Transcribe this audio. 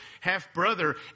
half-brother